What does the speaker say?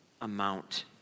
amount